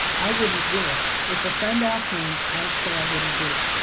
i wouldn't do it. if a friend asked me, i'd say i wouldn't do it.